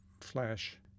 flash